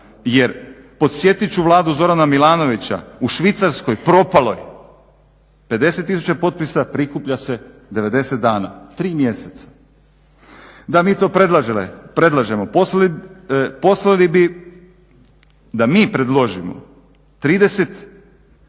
jer podsjetit ću Vladu Zorana Milanovića u Švicarskoj propaloj 50 tisuća potpisa prikuplja se 90 dana, tri mjeseca. Da mi to predlažemo poslali bi, da mi predložimo 90 dana,